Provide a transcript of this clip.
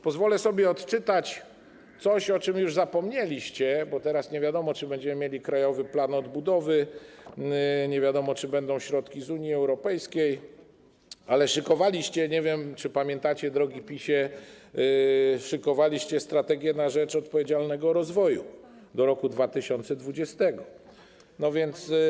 Pozwolę sobie odczytać coś, o czym już zapomnieliście, bo teraz nie wiadomo, czy będziemy mieli Krajowy Plan Odbudowy, czy będą środki z Unii Europejskiej, ale szykowaliście - nie wiem, czy pamiętacie, drogi PiS-ie - „Strategię na rzecz odpowiedzialnego rozwoju” do roku 2020.